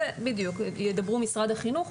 על זה ידבר משרד החינוך.